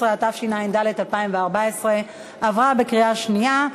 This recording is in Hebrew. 15), התשע"ד 2014, עברה בקריאה שנייה.